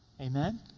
Amen